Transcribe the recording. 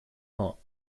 not